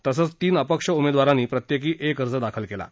तसंच तीन अपक्ष उमेदवारांनी प्रत्येकी एक अर्ज दाखल केला आहे